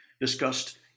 discussed